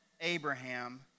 Abraham